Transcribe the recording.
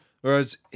Whereas